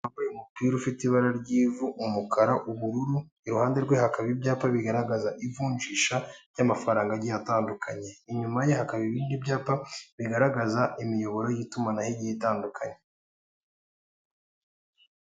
Umugabo wambaye umupira ufite ibara ry'ivu, umukara, ubururu, iruhande rwe hakaba ibyapa bigaragaza ivunjisha ry'amafaranga agiye atandukanye, inyuma ye hakaba ibindi byapa bigaragaza imiyoboro y'itumanaho igiye itandukanye.